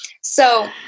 So-